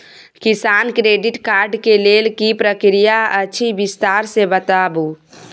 किसान credit card के लेल की प्रक्रिया अछि विस्तार से बताबू?